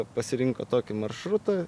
pasirinko tokį maršrutą